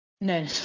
No